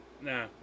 Nah